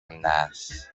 montparnasse